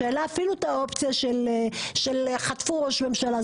שהעלה אפילו את האופציה של חטפו ראש ממשלה,